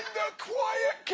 quiet